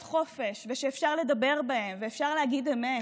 חופש ושאפשר לדבר בהם ואפשר להגיד אמת,